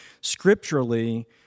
scripturally